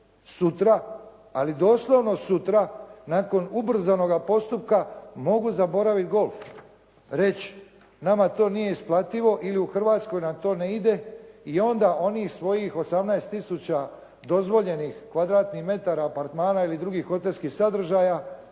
sutra, ali doslovno sutra nakon ubrzanoga postupka, mogu zaboraviti golf, reći nama to nije isplativo ili u Hrvatskoj nam to ne ide i onda oni svojih 18 tisuća dozvoljenih kvadratnih metara apartmana ili drugih hotelskih sadržaja